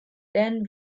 dan